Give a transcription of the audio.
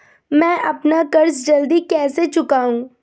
मैं अपना कर्ज जल्दी कैसे चुकाऊं?